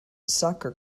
soccer